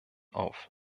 auf